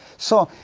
so,